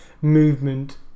movement